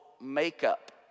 makeup